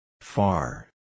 Far